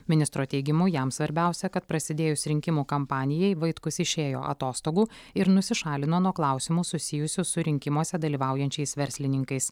ministro teigimu jam svarbiausia kad prasidėjus rinkimų kampanijai vaitkus išėjo atostogų ir nusišalino nuo klausimų susijusių su rinkimuose dalyvaujančiais verslininkais